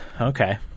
okay